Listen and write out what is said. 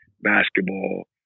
basketball